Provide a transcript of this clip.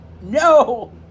No